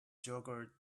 yogurt